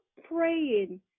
praying